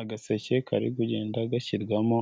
Agaseke kari kugenda gashyirwamo